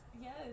Yes